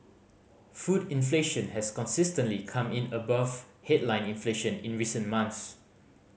food inflation has consistently come in above headline inflation in recent months